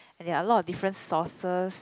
and there are a lot of different sources